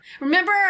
Remember